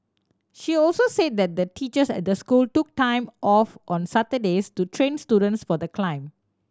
she also say that the teachers at the school took time off on Saturdays to train students for the climb